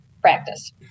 practice